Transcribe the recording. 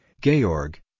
Georg